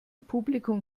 publikum